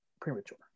premature